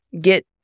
get